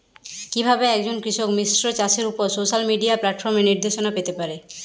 কিভাবে একজন কৃষক মিশ্র চাষের উপর সোশ্যাল মিডিয়া প্ল্যাটফর্মে নির্দেশনা পেতে পারে?